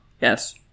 yes